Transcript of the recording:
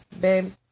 Babe